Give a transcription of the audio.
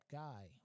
guy